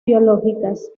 biológicas